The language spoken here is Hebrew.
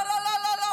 לא לא לא לא,